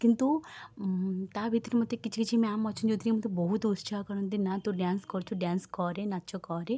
କିନ୍ତୁ ତା' ଭିତରେ ମୋତେ କିଛି କିଛି ମ୍ୟାମ୍ ଅଛନ୍ତି ଯେଉଁଥିରେକି ମୋତେ ବହୁତ ଉତ୍ସାହ କରନ୍ତି ନାଁ ତୁ ଡ୍ୟାନ୍ସ କରୁଛୁ ଡ୍ୟାନ୍ସ କରେ ନାଚ କରେ